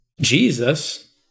Jesus